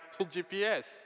GPS